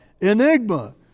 enigma